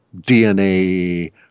DNA